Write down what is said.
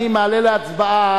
אני מעלה להצבעה,